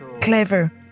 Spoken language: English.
clever